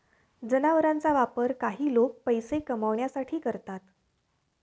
जनावरांचा वापर काही लोक पैसे कमावण्यासाठी करतात